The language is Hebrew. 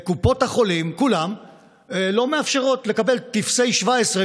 קופות החולים כולן לא מאפשרות לקבל טופסי 17,